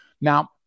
Now